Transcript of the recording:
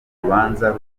urubanza